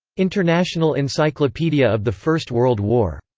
international encyclopedia of the first world war.